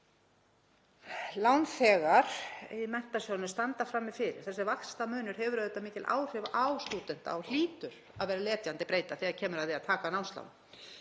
lánþegar sjóðsins standa frammi fyrir. Þessi vaxtamunur hefur auðvitað mikil áhrif á stúdenta og hlýtur að vera letjandi breyta þegar kemur að því að taka námslán.